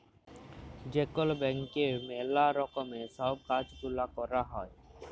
যে কল ব্যাংকে ম্যালা রকমের সব কাজ গুলা ক্যরা হ্যয়